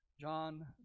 John